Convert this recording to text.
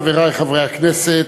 חברי חברי הכנסת,